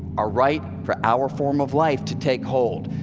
are right for our form of life to take hold.